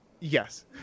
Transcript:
Yes